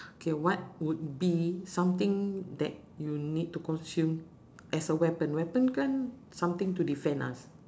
K what would be something that you need to consume as a weapon weapon kan something to defend us